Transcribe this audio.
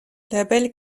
labelle